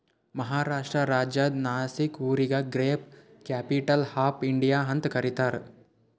ಮಹಾರಾಷ್ಟ್ರ ರಾಜ್ಯದ್ ನಾಶಿಕ್ ಊರಿಗ grape capital of India ಅಂತ್ ಕರಿತಾರ್